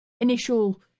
initial